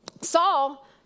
Saul